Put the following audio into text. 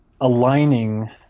aligning